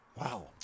Wow